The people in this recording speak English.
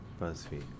BuzzFeed